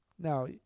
Now